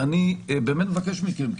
אני באמת מבקש מכם,